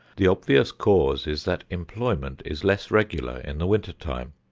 the obvious cause is that employment is less regular in the winter time,